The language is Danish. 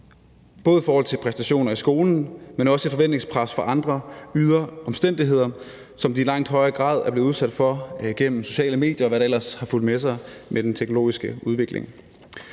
både i forhold til præstationer i skolen, men også et forventningspres fra andre ydre omstændigheder, som de i langt højere grad er blevet udsat for gennem sociale medier, og hvad der ellers er fulgt med i den teknologiske udvikling.